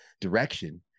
direction